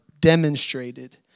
demonstrated